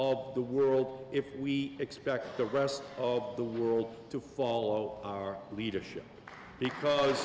of the world if we expect the rest of the world to follow our leadership because